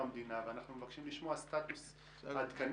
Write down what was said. המדינה ואנחנו מבקשים לשמוע סטטוס עדכני,